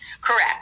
Correct